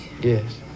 Yes